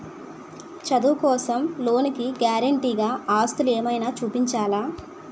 చదువు కోసం లోన్ కి గారంటే గా ఆస్తులు ఏమైనా చూపించాలా?